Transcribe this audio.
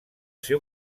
ser